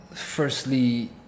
Firstly